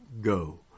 go